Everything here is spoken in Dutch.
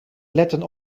letten